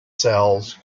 cells